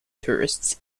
tourists